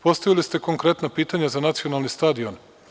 Postavili ste konkretna pitanja za nacionalni stadion.